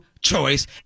Choice